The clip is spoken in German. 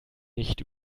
nicht